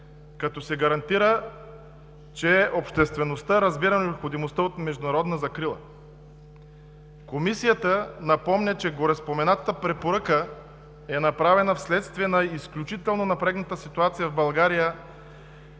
като се гарантира, че обществеността разбира необходимостта от международна закрила. Комисията напомня, че гореспомената препоръка е направена вследствие на изключително напрегнатата ситуация в България